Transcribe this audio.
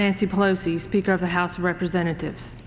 nancy pelosi speaker of the house of representatives